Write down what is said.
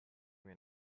mir